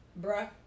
bruh